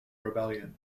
rebellion